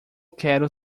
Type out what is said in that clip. quero